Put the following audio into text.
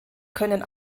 können